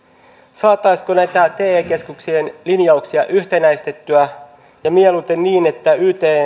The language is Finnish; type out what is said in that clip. saataisiinko näitä te keskuksien linjauksia yhtenäistettyä ja mieluiten niin että yt